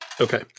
Okay